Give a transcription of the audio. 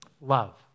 love